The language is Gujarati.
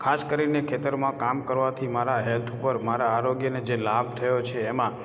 ખાસ કરીને ખેતરમાં કામ કરવાથી મારા હૅલ્થ ઉપર મારા આરોગ્યને જે લાભ થયો છે એમાં